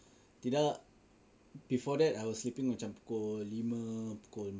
tidak before that I was sleeping macam pukul lima pukul